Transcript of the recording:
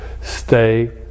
Stay